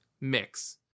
Mix